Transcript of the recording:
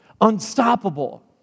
unstoppable